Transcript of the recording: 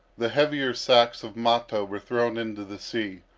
the heavier sacks of mata were thrown into the sea,